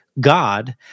God